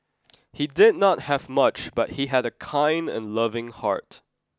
he did not have much but he had a kind and loving heart